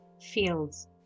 fields